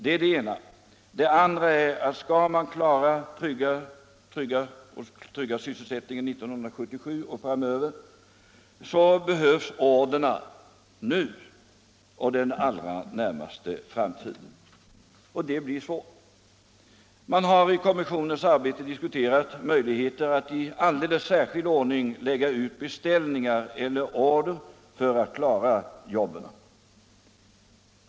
— Det är det ena. 4 Det andra är att skall man kunna trygga sysselsättningen 1977 och framöver, behövs order nu och inom den allra närmaste framtiden. Det blir svårt att få sådana. Kommissionen har vid sitt arbete diskuterat möjligheterna att i alldeles särskild ordning lägga ut beställningar eller order för att kunna trygga jobben.